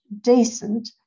decent